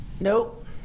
nope